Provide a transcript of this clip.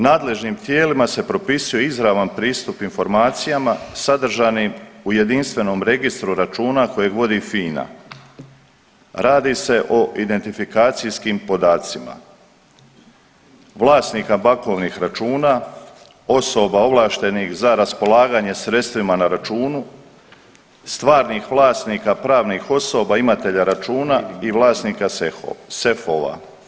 Nadležnim tijelima se propisuje izravan pristup informacijama sadržanim u jedinstvenom registru računa koji vodi FINA, radi se o identifikacijskim podacima vlasnika bankovnih računa, osoba ovlaštenih za raspolaganje sredstvima na računa, stvarnih vlasnika pravnih osoba imatelja računa i vlasnika sefova.